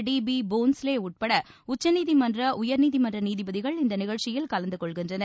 D P Bhonsle உட்பட உச்சநீதிமன்ற உயர்நீதிமன்ற நீதிபதிகள் இந்த நிகழ்ச்சியில் கலந்து கொள்கின்றனர்